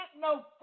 no